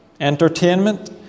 entertainment